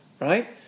right